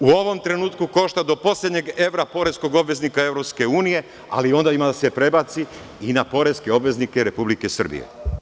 U ovom trenutku košta do poslednjeg evra poreskog obveznika EU, ali onda ima da se prebaci i na poreske obveznike Republike Srbije.